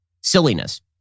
silliness